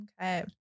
Okay